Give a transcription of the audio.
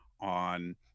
on